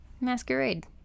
Masquerade